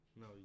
No